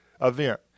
event